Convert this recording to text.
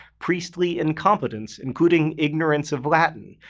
priestly incompetence, including ignorance of latin.